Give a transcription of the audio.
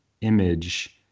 image